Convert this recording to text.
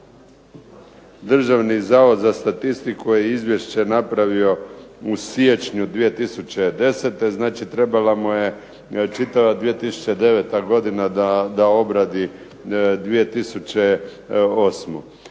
Državni zavod za statistiku je izvješće napravio u siječnju 2010. znači trebala mu je čitava 2009. godina da obradi 2008.